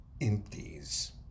empties